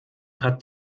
hat